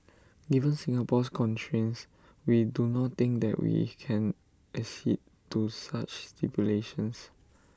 given Singapore's constraints we do not think that we can accede to such stipulations